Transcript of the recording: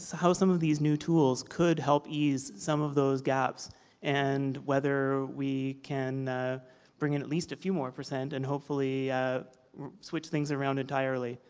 how some of these new tools could help ease some of those gaps and whether we can bring in at least a few more percent and hopefully switch things around entirely,